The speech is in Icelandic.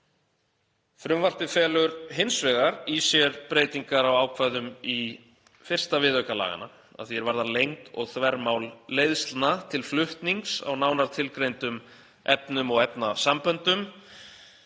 Frumvarpið felur hins vegar í sér breytingar á ákvæðum í 1. viðauka laganna að því er varðar lengd og þvermál leiðslna til flutnings á nánar tilgreindum efnum og efnasamböndum.